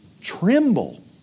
tremble